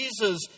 Jesus